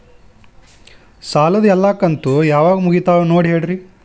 ಸಾಲದ ಎಲ್ಲಾ ಕಂತು ಯಾವಾಗ ಮುಗಿತಾವ ನೋಡಿ ಹೇಳ್ರಿ